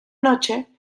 noche